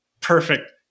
Perfect